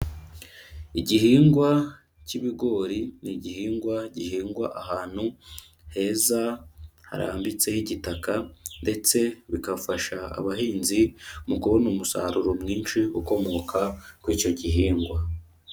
Igihingwa cy'ibigori, ni igihingwa gihingwa ahantu heza, harambitseho igitaka ndetse bikafasha abahinzi mu kubona umusaruro mwinshi ukomoka kw'icyo gihingwa.